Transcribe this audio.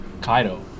Kaido